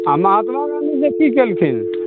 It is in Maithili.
आओर महात्मा गांधी की कयलखिन